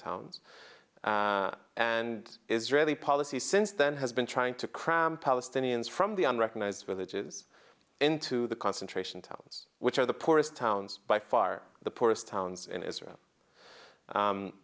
towns and israeli policy since then has been trying to cram palestinians from the unrecognized villages into the concentration towns which are the poorest towns by far the poorest towns in israel